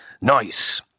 nice